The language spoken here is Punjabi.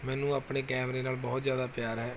ਮੈਨੂੰ ਆਪਣੇ ਕੈਮਰੇ ਨਾਲ ਬਹੁਤ ਜ਼ਿਆਦਾ ਪਿਆਰ ਹੈ